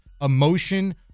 emotion